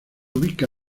ubica